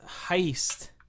heist